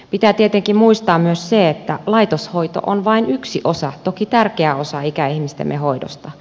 pitää tietenkin muistaa myös se että laitoshoito on vain yksi osa toki tärkeä osa ikäihmistemme hoidosta